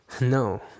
no